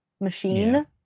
machine